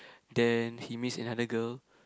then he meets another girl